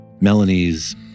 Melanie's